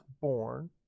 born